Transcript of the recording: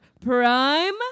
prime